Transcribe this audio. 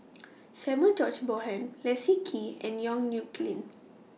Samuel George Bonham Leslie Kee and Yong Nyuk Lin